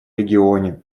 регионе